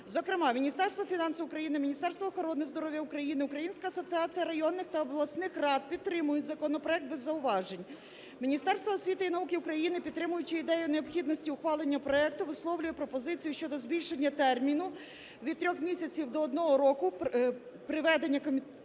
Зокрема, Міністерство фінансів України, Міністерство охорони здоров'я України, Українська асоціація районних та обласних рад підтримують законопроект без зауважень. Міністерство освіти і науки України, підтримуючи ідею необхідності ухвалення проекту, висловлює пропозицію щодо збільшення терміну від трьох місяців до одного року проведення Кабінетом